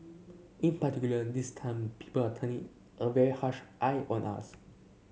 in particular this time people are turning a very harsh eye on us